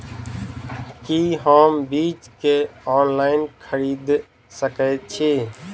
की हम बीज केँ ऑनलाइन खरीदै सकैत छी?